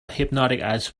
hypnotic